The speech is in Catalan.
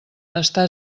està